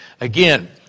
Again